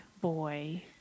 boy